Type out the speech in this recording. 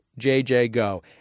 jjgo